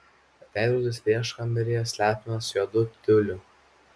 veidrodis prieškambaryje slepiamas juodu tiuliu